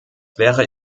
wäre